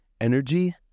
energy